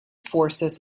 forces